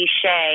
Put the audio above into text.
cliche